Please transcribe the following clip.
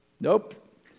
Nope